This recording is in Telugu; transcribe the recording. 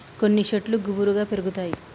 కొన్ని శెట్లు గుబురుగా పెరుగుతాయి